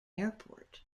airport